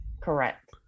Correct